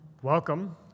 Welcome